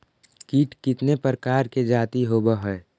कीट कीतने प्रकार के जाती होबहय?